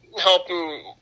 helping